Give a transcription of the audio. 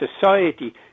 society